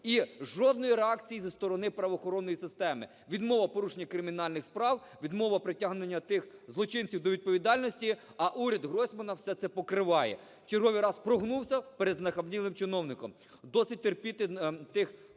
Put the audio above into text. І жодної реакції зі сторони правоохоронної системи. Відмова у порушенні кримінальних справ, відмова у притягненні тих злочинців до відповідальності, а уряд Гройсмана все це покриває, в черговий раз прогнувся перед знахабнілим чиновником. Досить терпіти тих